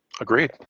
Agreed